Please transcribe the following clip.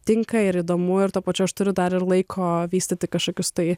tinka ir įdomu ir tuo pačiu aš turiu dar ir laiko vystyti kažkokius tai